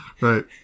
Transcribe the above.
Right